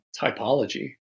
typology